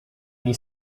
gli